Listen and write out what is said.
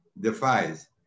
Defies